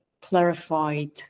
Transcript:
clarified